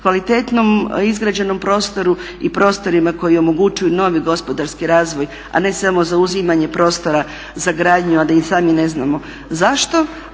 kvalitetno izgrađenom prostoru i prostorima koji omogućuju novi gospodarski razvoj, a ne samo zauzimanje prostora za gradnju a da i sami ne znamo zašto.